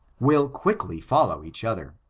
will quickly follow each other.